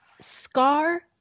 scar